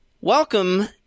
Welcome